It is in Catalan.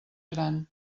gran